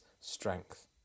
strength